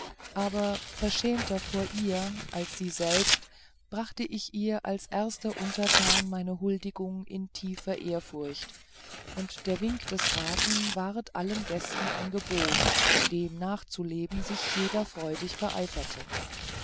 aber verschämter vor ihr als sie selbst brachte ich ihr als erster untertan meine huldigung in tiefer ehrfurcht und der wink des grafen ward allen gästen ein gebot dem nachzuleben sich jeder freudig